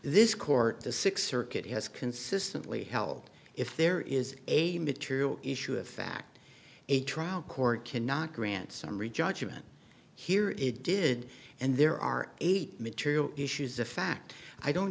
this court the sixth circuit has consistently held if there is a material issue of fact a trial court cannot grant summary judgment here it did and there are eight material issues the fact i don't